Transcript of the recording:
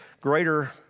greater